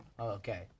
Okay